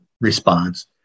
response